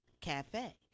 Cafe